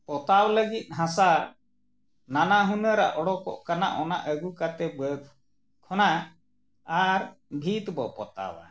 ᱯᱚᱛᱟᱣ ᱞᱟᱹᱜᱤᱫ ᱦᱟᱥᱟ ᱱᱟᱱᱟ ᱦᱩᱱᱟᱹᱨᱟᱜ ᱚᱰᱚᱠᱚᱜ ᱠᱟᱱᱟ ᱚᱱᱟ ᱟᱹᱜᱩ ᱠᱟᱛᱮᱫ ᱵᱟᱹᱫᱽ ᱠᱷᱚᱱᱟᱜ ᱟᱨ ᱵᱷᱤᱛ ᱵᱚ ᱯᱚᱛᱟᱣᱟ